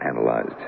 analyzed